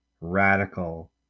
radical